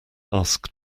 asked